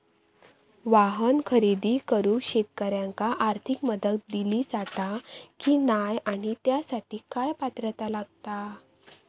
वाहन खरेदी करूक शेतकऱ्यांका आर्थिक मदत दिली जाता की नाय आणि त्यासाठी काय पात्रता लागता?